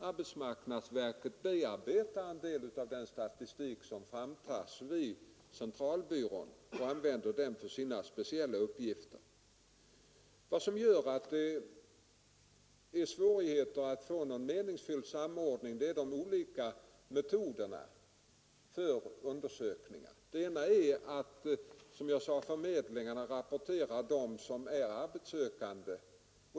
Arbetsmarknadsverket bearbetar en del av den statistik som tas fram av statistiska centralbyrån och använder den för sina speciella uppgifter. Det är de olika metoderna för undersökningar som gör att det är svårt att få någon meningsfull samordning. I det ena fallet rapporterar alltså förmedlingarna dem som är arbetssökande.